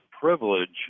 privilege